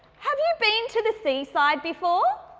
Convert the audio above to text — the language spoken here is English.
have you been to the seaside before?